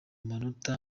manota